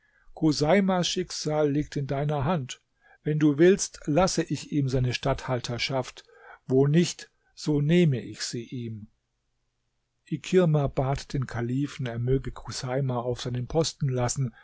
chuseimas schicksal liegt in deiner hand wenn du willst lasse ich ihm seine statthalterschaft wo nicht so nehme ich sie ihm ikirma bat den kalifen er möge chuseima auf seinem posten lassen